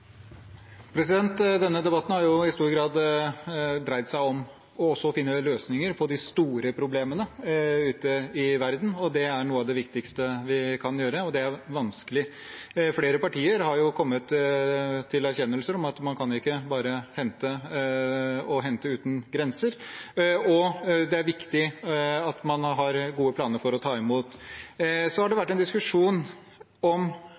Denne debatten har i stor grad dreid seg om å finne løsninger på de store problemene ute i verden. Det er noe av det viktigste vi kan gjøre, og det er vanskelig. Flere partier har kommet til den erkjennelse at man kan ikke bare hente – og hente uten grenser, og det er viktig at man har gode planer for å ta imot. Så har det vært en diskusjon om